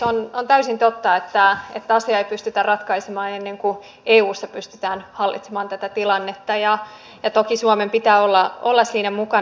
on täysin totta että asiaa ei pystytä ratkaisemaan ennen kuin eussa pystytään hallitsemaan tätä tilannetta ja toki suomen pitää olla siinä mukana